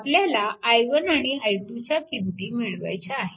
आपल्याला i1 आणि i2 च्या किंमती मिळवायच्या आहेत